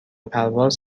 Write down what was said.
پرواز